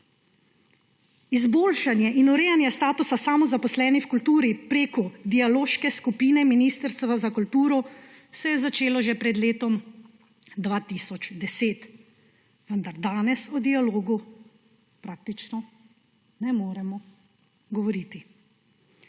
Izboljšanje in urejanje statusa samozaposlenih v kulturi preko dialoške skupine Ministrstva za kulturo se je začelo že pred letom 2010, vendar danes o dialogu praktično ne moremo govoriti.